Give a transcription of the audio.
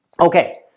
Okay